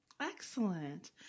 Excellent